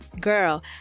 Girl